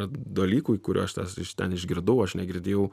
dalykų kurio aš tas iš ten išgirdau aš negirdėjau